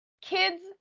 Kids